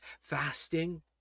fasting